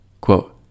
quote